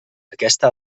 aquesta